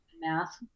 math